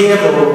אני אגיד לו: